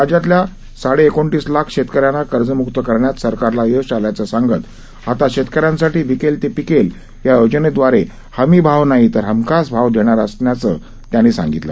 राज्यातल्या साडेएकोणतीस लाख शेतकऱ्यांना कर्जमुक्त करण्यात सरकारला यश आल्याचं सांगत आता शेतकऱ्यांसाठी विकेल ते पिकेल या योजनेदवारे हमी भाव नाही तर हमखास भाव देण्यात येणार असल्याचंही त्यांनी सांगितलं